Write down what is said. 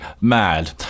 mad